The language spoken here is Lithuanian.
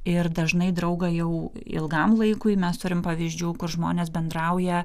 ir dažnai draugą jau ilgam laikui mes turim pavyzdžių kur žmonės bendrauja